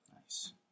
Nice